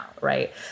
Right